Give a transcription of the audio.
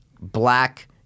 black